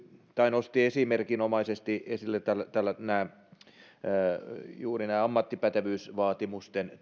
nosti esimerkinomaisesti esille juuri tämän ammattipätevyysvaatimusten